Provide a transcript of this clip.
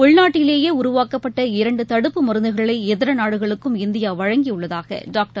உள்நாட்டிலேயே உருவாக்கப்பட்ட இரண்டுதடுப்பு மருந்துகளை இதரநாடுகளுக்கும் இந்தியாவழங்கிஉள்ளதாகடாக்டர்